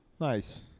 nice